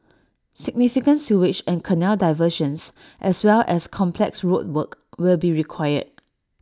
significant sewage and canal diversions as well as complex road work will be required